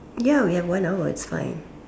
ya we have one hour it's fine